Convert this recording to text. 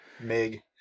MiG